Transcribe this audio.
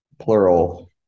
plural